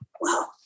wow